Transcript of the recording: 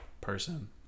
person